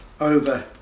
over